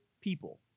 people